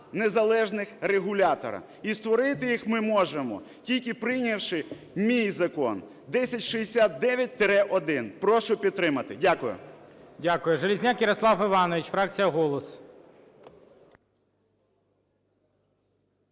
незалежних регулятора і створити їх ми можемо тільки прийнявши мій закон – 1069-1. Прошу підтримати. Дякую.